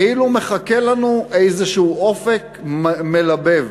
כאילו מחכה לנו איזשהו אופק מלבב.